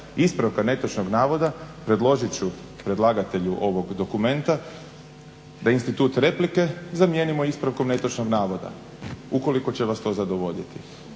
ispravka netočnog navoda predložit ću predlagatelju ovog dokumenta da institut replike zamijenimo ispravkom netočnog navoda ukoliko će vas to zadovoljiti.